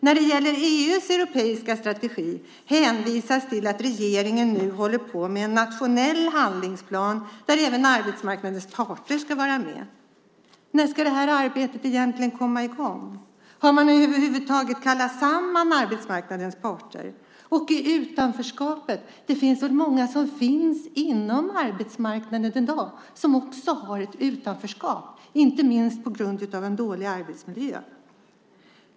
När det gäller EU:s europeiska strategi hänvisas det till att regeringen nu håller på med en nationell handlingsplan där även arbetsmarknadens parter ska vara med. När ska det arbetet egentligen komma i gång? Har man över huvud taget kallat samman arbetsmarknadens parter? Och vad gäller utanförskapet finns det väl i dag många på arbetsmarknaden som också befinner sig i ett utanförskap, inte minst på grund av dålig arbetsmiljö.